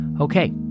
Okay